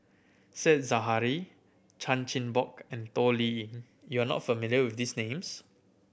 Said Zahari Chan Chin Bock and Toh Liying you are not familiar with these names